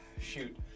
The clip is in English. Shoot